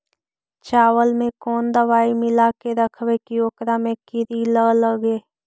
चावल में कोन दबाइ मिला के रखबै कि ओकरा में किड़ी ल लगे?